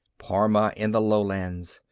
parma in the lowlands!